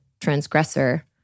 transgressor